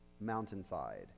mountainside